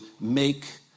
make